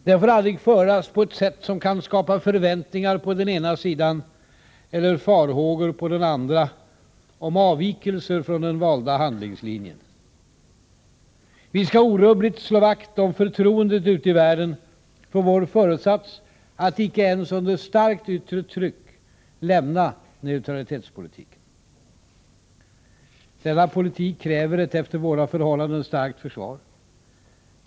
Den får aldrig föras på ett sätt som kan skapa förväntningar på den ena sidan eller farhågor på den andra om avvikelser från den valda handlingslinjen. Vi skall orubbligt slå vakt om förtroendet ute i världen för vår föresats att icke ens under starkt yttre tryck lämna neutralitetspolitiken. Denna politik kräver ett efter våra förhållanden starkt försvar.